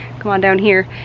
come on down here,